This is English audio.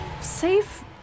Safe